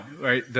right